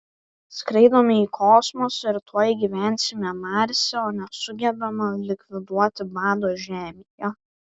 skraidome į kosmosą ir tuoj gyvensime marse o nesugebame likviduoti bado žemėje